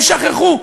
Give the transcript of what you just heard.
הם שכחו,